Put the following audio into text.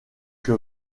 que